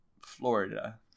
florida